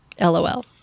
LOL